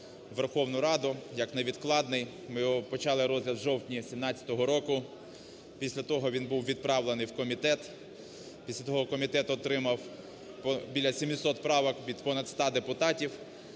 Верховну Раду як невідкладний. Ми його почали розгляд в жовтні 17-го року, після того він був відправлений в комітет, після того комітет отримав біля 700 правок від понад 100 депутатів.